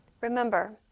Remember